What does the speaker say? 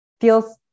feels